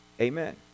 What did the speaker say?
Amen